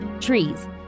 Trees